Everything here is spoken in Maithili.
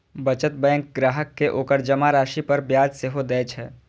बचत बैंक ग्राहक कें ओकर जमा राशि पर ब्याज सेहो दए छै